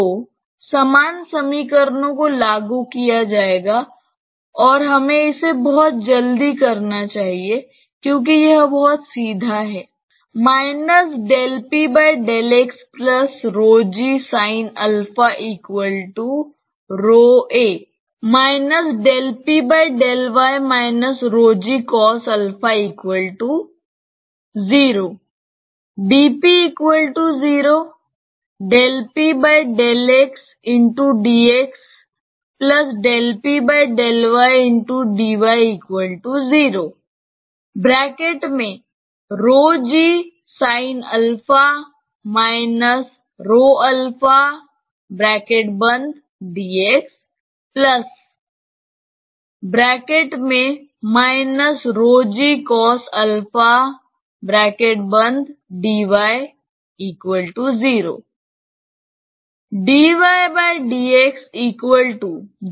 तो समान समीकरणों को लागू किया जाएगा और हमें इसे बहुत जल्दी करना चाहिए क्योंकि यह बहुत सीधा है